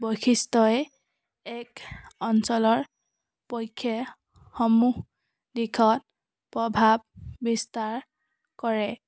বৈশিষ্ট্যই এক অঞ্চলৰ পক্ষে সমূহ দিশত প্ৰভাৱ বিস্তাৰ কৰে